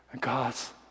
God's